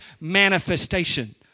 manifestation